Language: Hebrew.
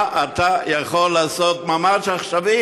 מה אתה יכול לעשות ממש עכשיו?